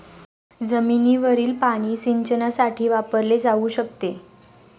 जमिनीवरील पाणी सिंचनासाठी वापरले जाऊ शकते